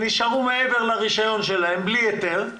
לרבות המנוחה השבועית,